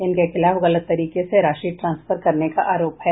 इनके खिलाफ गलत तरीके से राशि ट्रांसफर करने का आरोप है